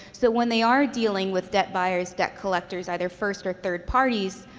so when they are dealing with debt buyers, debt collectors, either first or third parties,